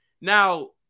Now